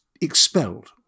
expelled